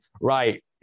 right